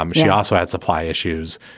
um she also had supply issues.